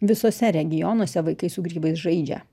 visuose regionuose vaikai su grybais žaidžia